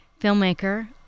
filmmaker